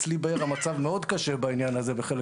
אצלי בעיר המצב מאוד קשה בעניין הזה בחלק